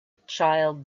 child